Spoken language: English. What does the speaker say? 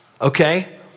okay